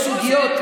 יש סוגיות,